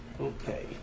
Okay